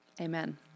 Amen